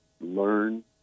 Learn